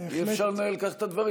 אי-אפשר לנהל כך את הדברים.